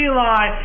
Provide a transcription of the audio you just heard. Eli